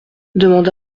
demanda